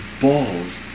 balls